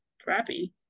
crappy